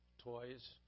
toys